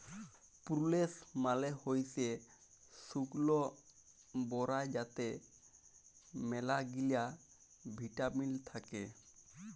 প্রুলেস মালে হইসে শুকল বরাই যাতে ম্যালাগিলা ভিটামিল থাক্যে